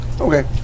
Okay